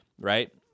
right